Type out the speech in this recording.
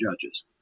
judges